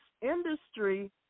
Industry